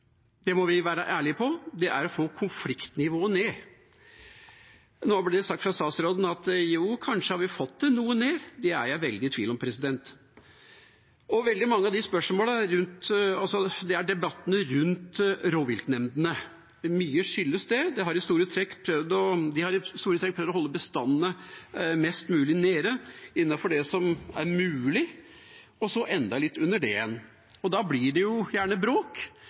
må vi være ærlig på, er å få konfliktnivået ned. Nå blir det sagt fra statsråden at jo, kanskje har vi fått det noe ned. Det er jeg veldig i tvil om. Mye skyldes veldig mange av spørsmålene og debattene rundt rovviltnemndene. De har i store trekk prøvd å holde bestandene mest mulig nede innenfor det som er mulig, og enda litt under det igjen. Da blir det gjerne bråk,